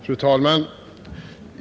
Fru talman!